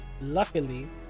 luckily